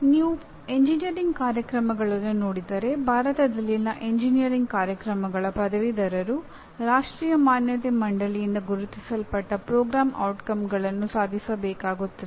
ನೀವು ಎಂಜಿನಿಯರಿಂಗ್ ಕಾರ್ಯಕ್ರಮಗಳನ್ನು ನೋಡಿದರೆ ಭಾರತದಲ್ಲಿನ ಎಂಜಿನಿಯರಿಂಗ್ ಕಾರ್ಯಕ್ರಮಗಳ ಪದವೀಧರರು ರಾಷ್ಟ್ರೀಯ ಮಾನ್ಯತೆ ಮಂಡಳಿಯಿಂದ ಗುರುತಿಸಲ್ಪಟ್ಟ ಕಾರ್ಯಕ್ರಮದ ಪರಿಣಾಮಗಳನ್ನು ಸಾಧಿಸಬೇಕಾಗುತ್ತದೆ